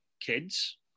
kids